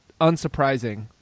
unsurprising